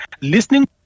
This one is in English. listening